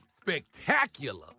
spectacular